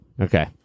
okay